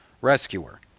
rescuer